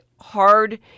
hard